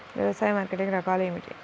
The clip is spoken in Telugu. వ్యవసాయ మార్కెటింగ్ రకాలు ఏమిటి?